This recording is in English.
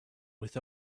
with